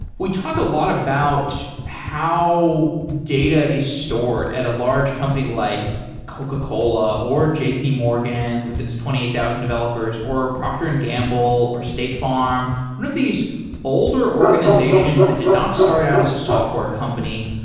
we talked a lot about how data is stored at a large company like coca-cola, or jpmorgan with its twenty eight thousand developers, or a procter and gamble, or state farm. one of these older organizations that did not start out as a software company,